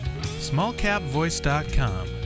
Smallcapvoice.com